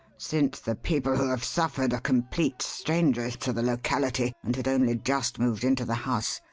since the people who have suffered are complete strangers to the locality and had only just moved into the house.